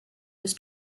was